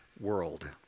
world